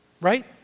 Right